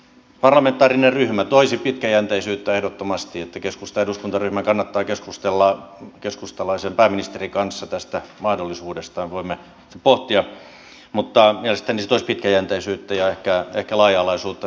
parlamentaarinen ryhmä toisi pitkäjänteisyyttä ehdottomasti joten keskustan eduskuntaryhmän kannattaa keskustella keskustalaisen pääministerin kanssa tästä mahdollisuudesta ja voimme sitten pohtia mutta mielestäni se toisi pitkäjänteisyyttä ja ehkä laaja alaisuutta